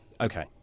Okay